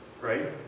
right